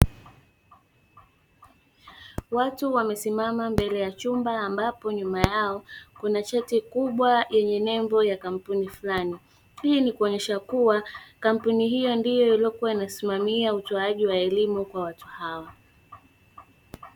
Watu wamesimama mbele ya chumba ambapo nyuma yao kuna cheti yenye nembo ya kampuni fulani, hii ni kuonyesha kuwa kampuni hiyo ndio iliyosimamia utoaji wa elimu kwa watu hao.